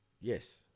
Yes